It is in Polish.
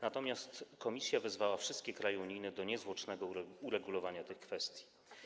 Natomiast Komisja wezwała wszystkie kraje unijne do niezwłocznego uregulowania tych kwestii.